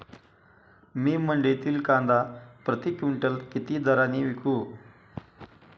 मी मंडईतील कांदा प्रति क्विंटल किती दराने विकू?